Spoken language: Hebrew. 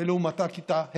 ולעומתה כיתה ה'